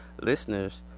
listeners